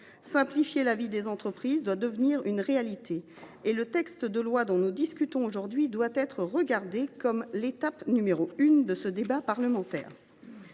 Simplifier la vie des entreprises doit devenir une réalité, et la proposition de loi dont nous discutons aujourd’hui doit être regardée comme la première étape de ce débat parlementaire.